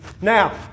Now